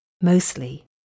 Mostly